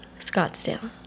Scottsdale